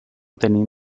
tenim